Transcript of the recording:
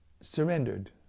surrendered